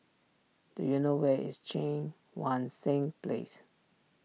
do you know where is Cheang Wan Seng Place